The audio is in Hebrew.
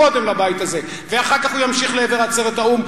קודם לבית הזה ואחר כך ימשיך לעבר עצרת האו"ם,